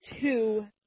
two